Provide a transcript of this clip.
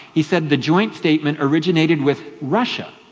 he said the joint statement originated with russia,